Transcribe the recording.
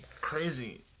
Crazy